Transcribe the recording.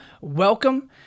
welcome